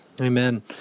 Amen